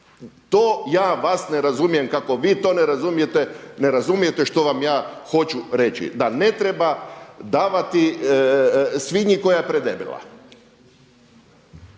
To ja vas ne razumijem kako vi to ne razumijete, ne razumijete što vam ja hoću reći, da ne treba davati svinji koja je predebela.